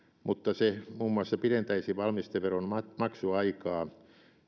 mutta se muun muassa pidentäisi valmisteveron maksuaikaa